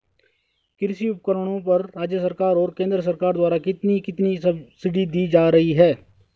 कृषि उपकरणों पर राज्य सरकार और केंद्र सरकार द्वारा कितनी कितनी सब्सिडी दी जा रही है?